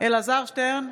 אלעזר שטרן,